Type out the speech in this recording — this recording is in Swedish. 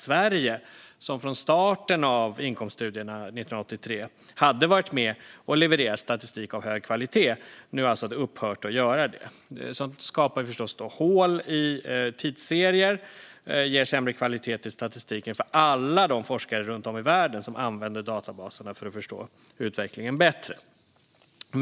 Sverige som från starten av inkomststudierna 1983 hade varit med och levererat statistik av hög kvalitet hade nu upphört att göra det. Sådant skapar förstås hål i tidsserier och ger sämre kvalitet i statistiken för alla de forskare runt om i världen som använder databaserna för att förstå utvecklingen bättre.